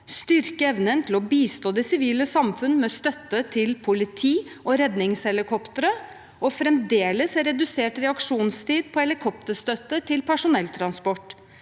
styrket evne til å bistå det sivile samfunn med støtte til politi og redningshelikoptre og fremdeles redusert reaksjonstid på helikopterstøtte til personelltransport